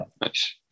Nice